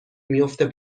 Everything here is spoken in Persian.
میفته